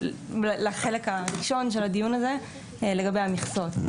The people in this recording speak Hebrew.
זה לחלק הראשון של הדיון הזה, לגבי המכסות.